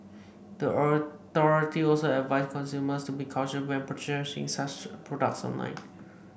the authority also advised consumers to be cautious when purchasing such products online